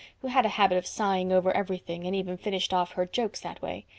who had a habit of sighing over everything and even finished off her jokes that way.